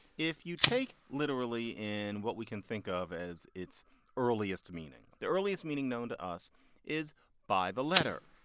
if you take literally in what we can think of as its earliest meaning, the earliest meaning known to us is by the letter.